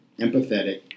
empathetic